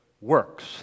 works